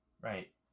right